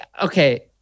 okay